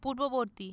পূর্ববর্তী